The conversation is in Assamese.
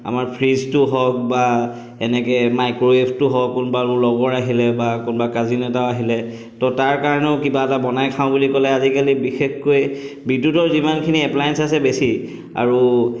আমাৰ ফ্ৰীজটো হওক বা এনেকৈ মাইক্ৰৱেভটো হওক কোনবা মোৰ লগৰ আহিলে বা কোনোবা কাজিন এটা আহিলে ত' তাৰ কাৰণেও কিবা এটা বনাই খাওঁ বুলি ক'লে আজিকালি বিশেষকৈ বিদ্যুতৰ যিমানখিনি এপ্লায়েঞ্চ আছে বেছি আৰু